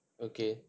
okay